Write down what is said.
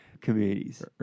communities